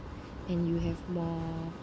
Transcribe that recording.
and you have more